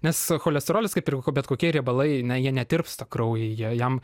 nes cholesterolis kaip ir bet kokie riebalai na jie netirpsta kraujyje jam